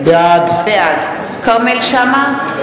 בעד כרמל שאמה,